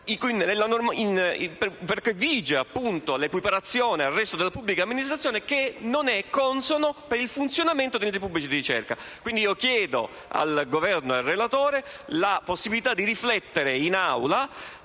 perché vige l'equiparazione al resto della pubblica amministrazione, che non è consona al funzionamento degli enti pubblici di ricerca. Chiedo, quindi, al Governo e al relatore la possibilità di riflettere su